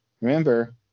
remember –